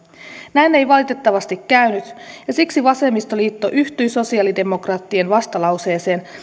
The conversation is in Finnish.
näin ei valitettavasti käynyt ja siksi vasemmistoliitto yhtyy sosiaalidemokraattien vastalauseeseen